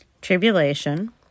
Tribulation